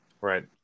Right